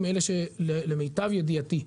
הם אלה שלמיטב ידיעתי,